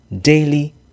daily